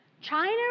China